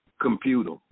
computer